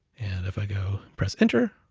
and if i go press enter,